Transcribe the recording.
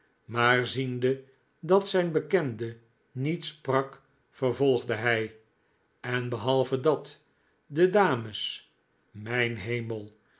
maar ziende dat zijn bekende niet sprak vervolgde hij en behalve dat de dames mijn hemel